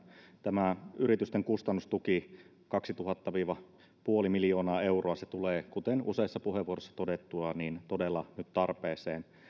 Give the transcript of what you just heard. tämä yritysten kustannustuki kaksituhatta nolla pilkku viisi miljoonaa euroa tulee kuten useissa puheenvuoroissa todettua todella nyt tarpeeseen